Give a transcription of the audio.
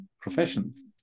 professions